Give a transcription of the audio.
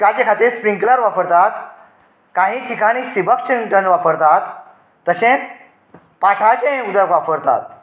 ताजे खातीर स्प्रिंकलर वापरतात काही ठिकाणी सीबक शिंचन वापरतात तशेंच पाटाचेंय उदक वापरतात